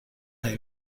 هایی